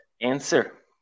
answer